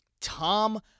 Tom